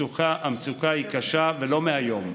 המצוקה היא קשה, ולא מהיום,